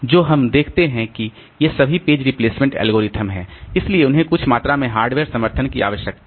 जो हम देखते हैं कि ये सभी पेज रिप्लेसमेंट एल्गोरिदम हैं इसलिए उन्हें कुछ मात्रा में हार्डवेयर समर्थन की आवश्यकता है